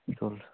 تُل